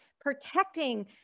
protecting